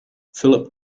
philip